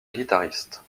guitariste